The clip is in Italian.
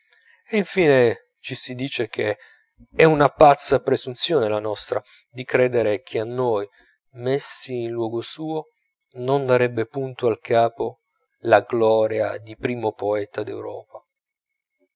e infine ci si dice che è una pazza presunzione la nostra di credere che a noi messi in luogo suo non darebbe punto al capo la gloria di primo poeta d'europa